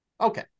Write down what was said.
okay